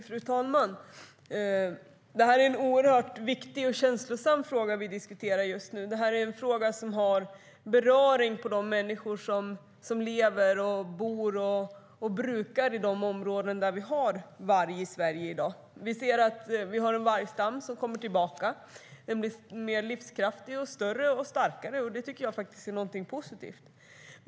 Fru talman! Det är en oerhört viktig och känslomässig fråga som vi diskuterar just nu. Det är en fråga som har beröring på de människor som lever i, bor i och brukar de områden där vi har varg i Sverige i dag. Vi ser att vi har en vargstam som kommer tillbaka. Den blir mer livskraftig, större och starkare, och det tycker jag är positivt.